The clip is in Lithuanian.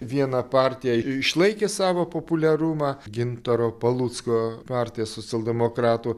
viena partija išlaikė savo populiarumą gintaro palucko partija socialdemokratų